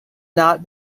not